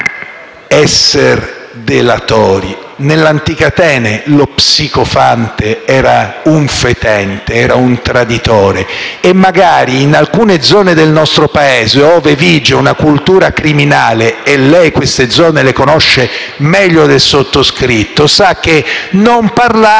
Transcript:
essere delatori. Nell'antica Atene lo psicofante era un fetente e un traditore e magari in alcune zone del nostro Paese, ove vige una cultura criminale - e lei queste zone le conosce meglio del sottoscritto - sa che non parlare